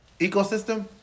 ecosystem